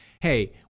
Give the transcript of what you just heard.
hey